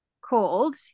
called